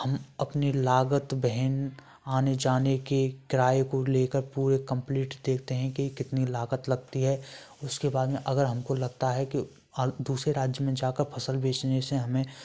हम अपनी लागत वहन आने जाने के किराए को लेकर पूरे कंप्लीट देखते हैं कि कितनी लागत लगती है उसके बाद में अगर हमको लगता है कि अ दूसरे राज्य में जाकर फसल बेचने से हमें